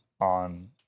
on